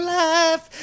life